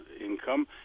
income